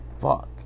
fuck